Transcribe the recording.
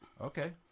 Okay